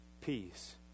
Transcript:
peace